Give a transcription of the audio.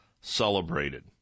celebrated